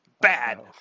Bad